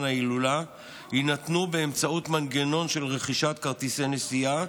ההילולה יינתנו באמצעות מנגנון רכישת כרטיסי נסיעה